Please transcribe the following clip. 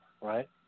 right